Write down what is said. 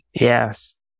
Yes